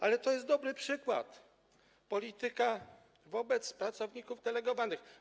Ale to jest dobry przykład: polityka wobec pracowników delegowanych.